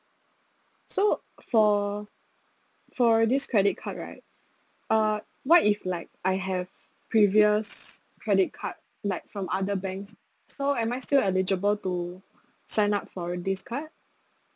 so for for this credit card right uh what if like I have previous credit card like from other banks so am I still eligible to sign up for this card